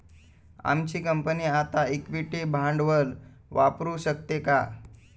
आमची कंपनी आता इक्विटी भांडवल वापरू शकते का?